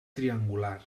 triangular